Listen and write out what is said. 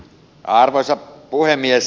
arvoisa puhemies